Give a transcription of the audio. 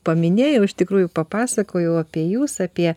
paminėjau iš tikrųjų papasakojau apie jūs apie